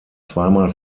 zweimal